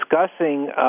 discussing